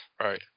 Right